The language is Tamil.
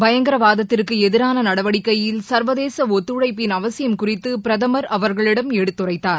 பயங்கரவாதத்திற்கு எதிரான நடவடிக்கையில் சர்வதேச ஒத்துழைப்பின் அவசியம் குறித்து பிரதமர் அவர்களிடம் எடுத்துரைத்தார்